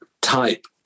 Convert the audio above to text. type